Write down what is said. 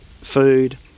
food